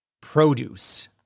produce